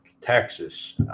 Texas